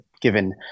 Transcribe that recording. given